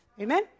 Amen